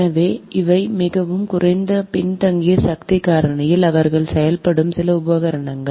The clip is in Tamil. எனவே இவை மிகவும் குறைந்த பின்தங்கிய சக்தி காரணியில் அவர்கள் செயல்படும் சில உபகரணங்கள்